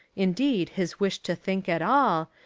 indeed his wish to think at all,